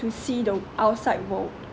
to see the w~ outside world